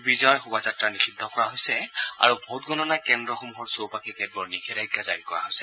বিজয় শোভাযাত্ৰা নিষিদ্ধ কৰা হৈছে আৰু ভোট গণনা কেন্দ্ৰসমূহৰ চৌপাশে কেতবোৰ নিষেধাজ্ঞা জাৰি কৰা হৈছে